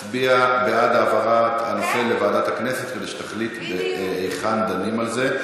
אנחנו נצביע בעד העברת הנושא לוועדת הכנסת כדי שתחליט היכן דנים על זה,